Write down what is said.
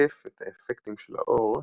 לשקף את האפקטים של האור,